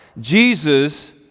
Jesus